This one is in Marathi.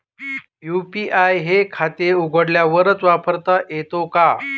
यू.पी.आय हे खाते उघडल्यावरच वापरता येते का?